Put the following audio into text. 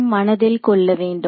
நாம் மனதில் கொள்ள வேண்டும்